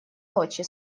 ночи